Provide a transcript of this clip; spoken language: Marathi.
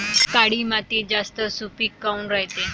काळी माती जास्त सुपीक काऊन रायते?